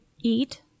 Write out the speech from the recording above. eat